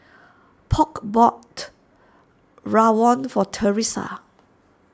Polk bought Rawon for Teressa